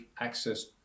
access